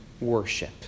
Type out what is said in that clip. worship